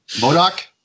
Modoc